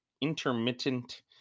intermittent